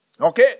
Okay